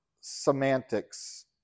semantics